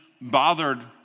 bothered